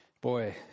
Boy